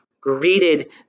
greeted